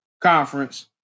Conference